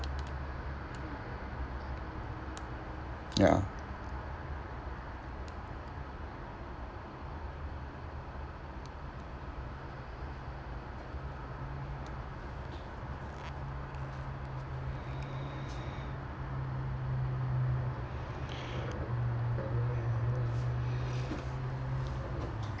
ya